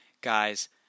Guys